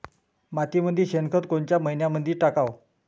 मातीमंदी शेणखत कोनच्या मइन्यामंधी टाकाव?